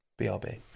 brb